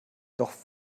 doch